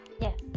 Yes